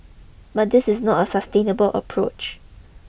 but this is not a sustainable approach